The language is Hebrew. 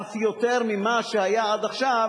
אף יותר ממה שהיה עד עכשיו,